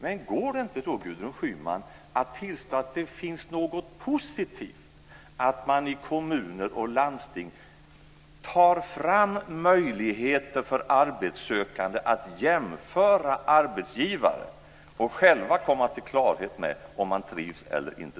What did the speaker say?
Men går det då inte, Gudrun Schyman, att tillstå att det finns något positivt i att man i kommuner och landsting tar fram möjligheter för arbetssökande att jämföra arbetsgivare och själva komma till klarhet med om de trivs eller inte?